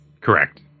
Correct